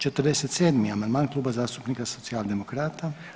47. amandman Klub zastupnika Socijaldemokrata.